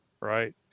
right